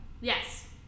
Yes